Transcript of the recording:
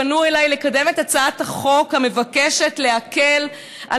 פנו אליי לקדם את הצעת החוק המבקשת להקל על